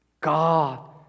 God